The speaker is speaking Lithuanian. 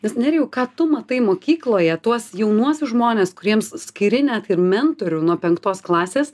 nes nerijau ką tu matai mokykloje tuos jaunuosius žmones kuriems skiri net ir mentorių nuo penktos klasės